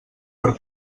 per